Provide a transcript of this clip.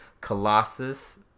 Colossus